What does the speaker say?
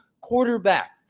quarterback